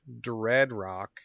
Dreadrock